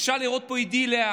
אפשר לראות פה אידיליה,